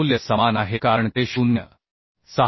मूल्य समान आहे कारण ते 0